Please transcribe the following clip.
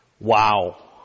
Wow